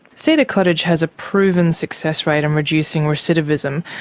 cedar cottage has a proven success rate in reducing recidivism.